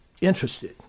interested